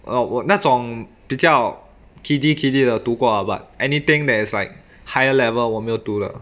哦我那种比较 kiddy kiddy 的读过 lah but anything that is like higher level 我没有读了